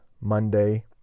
monday